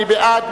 מי בעד?